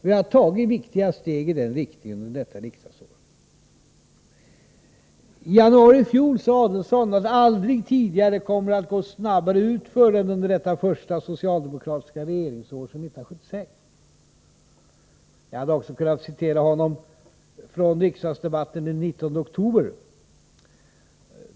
Vi har tagit viktiga steg i den riktningen under detta riksdagsår. I den allmänpolitiska debatten i vintras erinrade jag om ett uttalande av Ulf Adelsohni januari i fjol. Han sade då: ” Aldrig tidigare kommer det att gå snabbare utför än under detta första socialdemokratiska regeringsår sedan 1976.” Jag hade också kunnat citera Ulf Adelsohn från riksdagsdebatten den 19 oktober i fjol, alltså i början av detta riksdagsår.